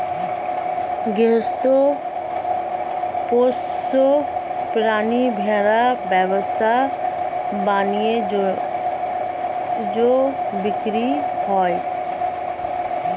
গৃহস্থ পোষ্য প্রাণী ভেড়া ব্যবসা বাণিজ্যে বিক্রি হয়